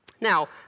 Now